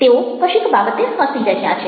તેઓ કશીક બાબતે હસી રહ્યા છે